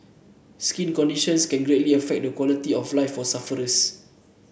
skin conditions can greatly affect the quality of life for sufferers